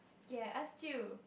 ya us too